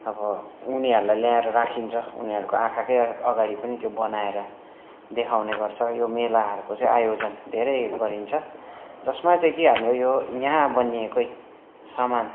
अब उनीहरूलाई ल्याएर राखिन्छ उनीहरूको आँखाकै अगाडि पनि त्यो बनाएर देखाउने गर्छ यो मेलाहरूको चाहिँ आयोजन धेरै गरिन्छ जसमा चाहिँ के यो हाम्रो यहाँ बनिएको सामान